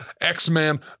X-Men